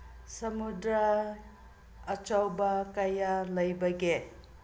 ꯁꯃꯨꯗ꯭ꯔ ꯑꯆꯧꯕ ꯀꯌꯥ ꯂꯩꯕꯒꯦ